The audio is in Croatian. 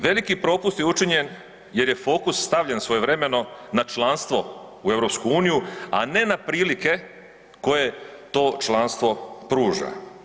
Veliki propust je učinjen jer je fokus stavljen svojevremeno na članstvo u EU, a ne na prilike koje to članstvo pruža.